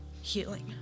healing